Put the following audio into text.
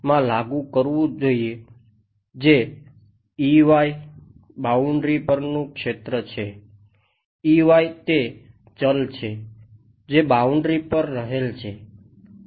જે બાઉન્ડ્રી પરનું ક્ષેત્ર છે તે ચલ છે જે બાઉન્ડ્રી પર રહેલ છે